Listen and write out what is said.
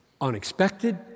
unexpected